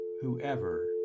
Whoever